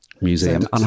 Museum